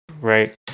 right